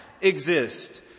exist